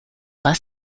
bus